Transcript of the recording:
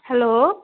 hello